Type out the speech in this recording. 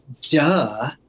duh